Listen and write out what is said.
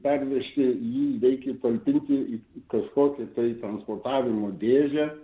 pervežti jį reikia įtalpinti į kažkokį tai transportavimo dėžę